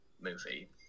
movie